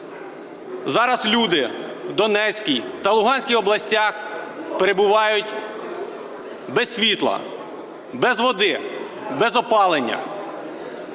Зараз люди в Донецькій та Луганській областях перебувають без світла, без води, без опалення.